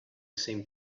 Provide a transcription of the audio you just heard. seemed